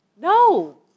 No